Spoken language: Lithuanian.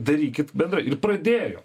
darykit bendrai ir pradėjo